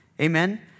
Amen